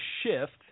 shift